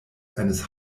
eines